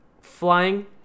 Flying